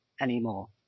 anymore